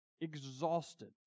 exhausted